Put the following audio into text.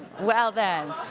well then!